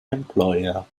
employer